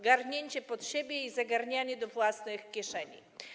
Garnięcie pod siebie i zagarnianie do własnych kieszeni.